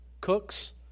cooks